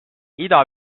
ida